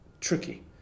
tricky